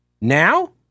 Now